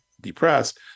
depressed